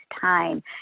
time